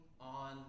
on